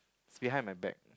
is behind my back